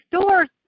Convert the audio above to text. stores